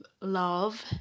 love